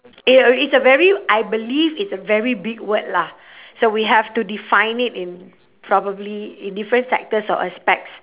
eh it's a very I believe it's a very big word lah so we have to define it in probably in different sectors or aspects